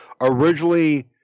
originally